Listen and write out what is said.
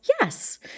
Yes